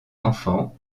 enfants